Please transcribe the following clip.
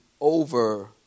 over